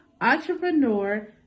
entrepreneur